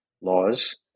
laws